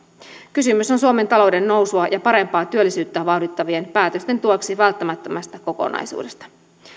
kysymys on suomen talouden nousua ja parempaa työllisyyttä vauhdittavien päätösten tueksi välttämättömästä kokonaisuudesta